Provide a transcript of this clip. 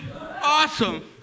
Awesome